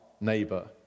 neighbor